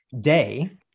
day